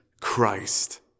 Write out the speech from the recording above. Christ